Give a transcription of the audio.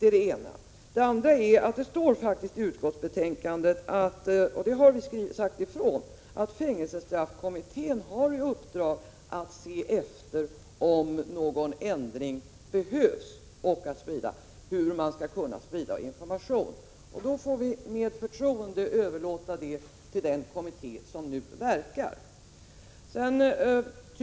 För det andra står det i utskottets betänkande att fängelsestraffkommittén har i uppdrag att överväga om någon ändring behövs i nödvärnsreglerna och ge förslag till hur man skall sprida information om dessa. Vi får med förtroende överlåta detta arbete på den kommitté som nu verkar.